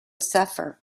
suffer